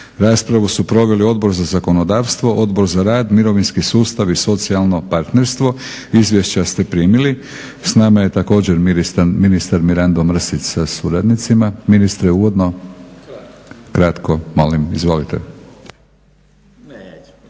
Raspravu su proveli Odbor za zakonodavstvo, Odbor za rad, mirovinski sustav i socijalno partnerstvo. Izvješća ste primili. S nama je također ministar Mirando Mrsić sa suradnicima. Ministre uvodno? … /Upadica Mrsić: